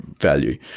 Value